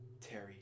Terry